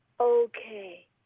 Okay